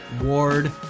Ward